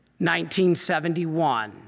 1971